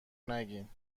نگین